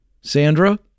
Sandra